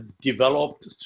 developed